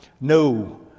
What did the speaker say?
no